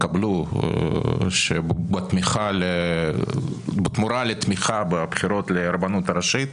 שהתקבלו, שבתמורה לתמיכה בבחירות לרבנות הראשית